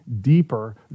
deeper